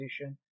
position